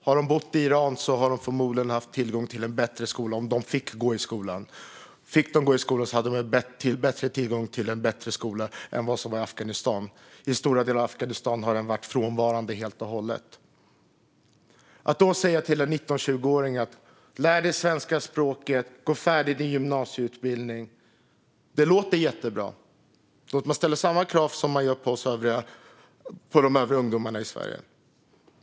Har de bott i Iran har de förmodligen haft tillgång till en bättre skola, om de fick gå i skolan. Fick de gå i skolan hade de tillgång till en bättre skola än i Afghanistan. I stora delar av Afghanistan har skolan varit frånvarande helt och hållet. Man säger till en 19-, 20-åring: Lär dig svenska språket, och gå färdigt din gymnasieutbildning. Det låter jättebra. Man ställer samma krav som man ställer på de övriga ungdomarna i Sverige.